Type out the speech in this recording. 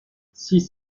six